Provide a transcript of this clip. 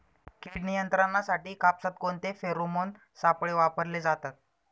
कीड नियंत्रणासाठी कापसात कोणते फेरोमोन सापळे वापरले जातात?